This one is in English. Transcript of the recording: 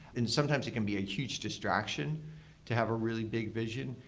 and sometimes it can be a huge distraction to have a really big vision.